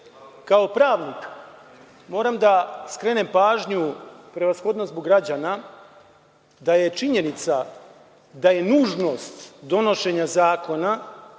Kao pravnik moram da skrenem pažnju prevashodno zbog građana da je činjenica, da je nužnost donošenja zakona